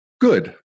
good